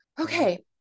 Okay